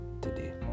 today